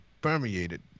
permeated